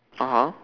(uh huh)